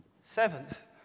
Seventh